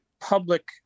public